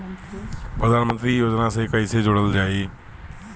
प्रधानमंत्री योजना से कैसे जुड़ल जाइ?